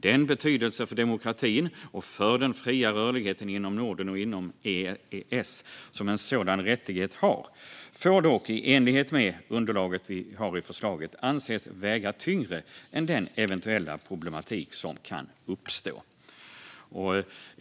Den betydelse för demokratin och för den fria rörligheten inom Norden och inom EES som en sådan rättighet har får dock i enlighet med det underlag vi har i förslaget anses väga tyngre än den eventuella problematik som kan uppstå.